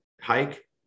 hike